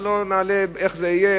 ולא נעלה איך זה יהיה.